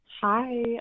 Hi